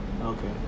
Okay